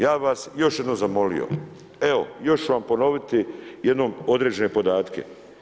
Ja bih vas još jednom zamolio, evo još ću vam ponoviti jednom određene podatke.